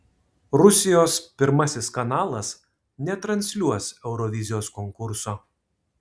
rusijos pirmasis kanalas netransliuos eurovizijos konkurso